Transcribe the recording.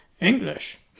English